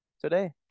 today